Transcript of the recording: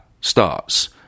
starts